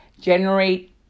generate